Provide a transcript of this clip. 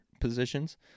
positions